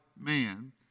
Man